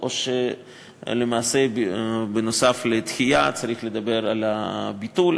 או שלמעשה בנוסף לדחייה צריך לדבר על ביטול.